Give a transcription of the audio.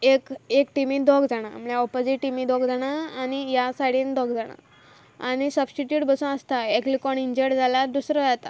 एक एक टिमी दोग जाणां म्हणल्या ऑपोजीट टिमी दोग जाणा आनी ह्या सायडीन दोग जाणा आनी सबस्टिट्यूट बसून आसताय एकलें कोणीय इनजर्ड जाल्यार दुसरो येता